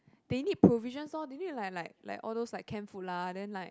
they need provisions lor they need like like like all those like canned food lah then like